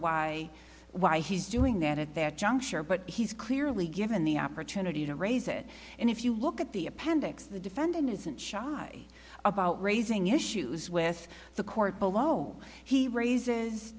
why why he's doing that at that juncture but he's clearly given the opportunity to raise it and if you look at the appendix the defendant isn't shy about raising issues with the court below he raises